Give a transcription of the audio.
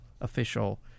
official